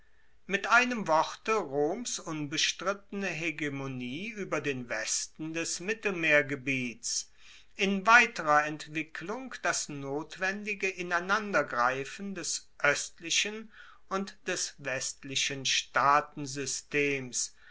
mit einem worte roms unbestrittene hegemonie ueber den westen des mittelmeergebiets in weiterer entwicklung das notwendige ineinandergreifen des oestlichen und des westlichen